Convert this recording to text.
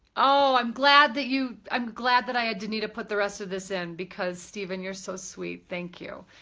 oh i'm glad that you. i'm glad that i had danita put the rest of this in because stephen you're so sweet. thank you.